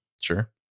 sure